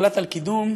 הוחלט על קידום